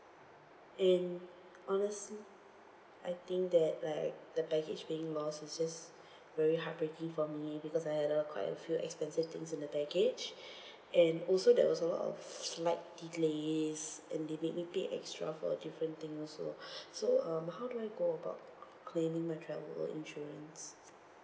and honestly I think that like the baggage being lost is just very heartbreaking for me because I had a quite a few expensive things in the baggage and also there was a lot of flight delays and they made me pay extra for a different thing also so um how do I go about claiming my travel insurance